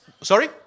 Sorry